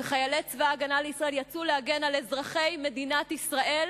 וחיילי צבא-הגנה לישראל יצאו להגן על אזרחי מדינת ישראל,